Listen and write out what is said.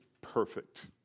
perfect